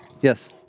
Yes